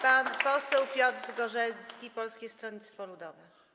Pan poseł Piotr Zgorzelski, Polskie Stronnictwo Ludowe.